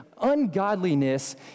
ungodliness